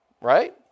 Right